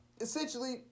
Essentially